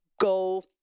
go